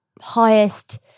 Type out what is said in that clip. highest